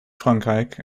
frankrijk